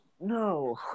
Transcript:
No